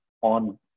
on